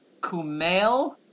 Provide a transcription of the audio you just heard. Kumail